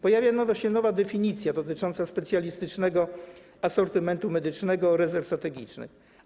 Pojawia się nowa definicja dotycząca specjalistycznego asortymentu medycznego rezerw strategicznych.